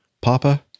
Papa